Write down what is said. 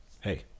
Hey